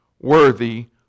worthy